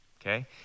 Okay